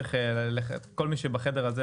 כל מי שבחדר הזה,